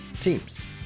teams